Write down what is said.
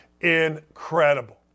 incredible